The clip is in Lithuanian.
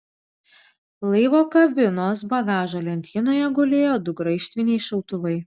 laivo kabinos bagažo lentynoje gulėjo du graižtviniai šautuvai